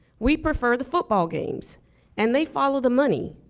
we prefer the football games and they follow the money.